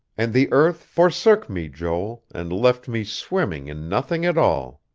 and the earth forsook me, joel, and left me swimming in nothing at all.